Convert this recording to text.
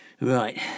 Right